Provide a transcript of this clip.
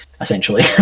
essentially